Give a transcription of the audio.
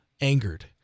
angered